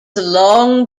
long